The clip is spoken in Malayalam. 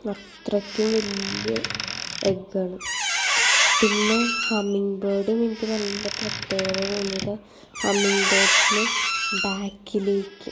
അത്രയ്ക്കും വലിയ എഗ്ഗാണ് പിന്നെ ഹമ്മിംഗ് ബേർഡും എനിക്ക് പ്രത്യേകത തോന്നിയത് ഹമ്മിംഗ് ബേർഡിസിന് ബാക്കിലേക്ക്